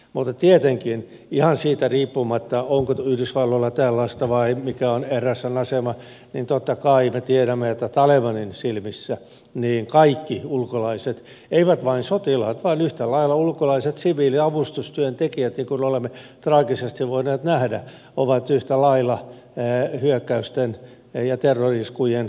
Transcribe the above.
mutta tietenkin ihan siitä riippumatta onko yhdysvalloilla tällaista vai mikä on rsn asema totta kai me tiedämme että talebanin silmissä kaikki ulkolaiset eivät vain sotilaat vaan yhtä lailla ulkolaiset siviiliavustustyöntekijät niin kuin olemme traagisesti voineet nähdä ovat yhtä lailla hyökkäysten ja terrori iskujen kohteena